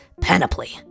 panoply